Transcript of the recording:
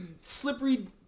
slippery